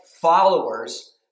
followers